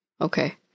okay